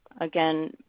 Again